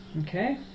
Okay